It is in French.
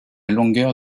longueur